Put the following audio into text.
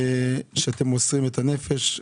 אתם מוסרים את הנפש.